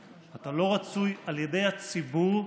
אתה לא רצוי על ידי הציבור,